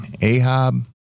Ahab